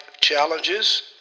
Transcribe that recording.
challenges